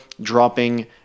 dropping